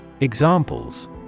Examples